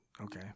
Okay